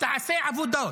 תעשה עבודות.